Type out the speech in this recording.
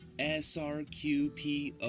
s, r, q, p, o,